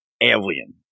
alien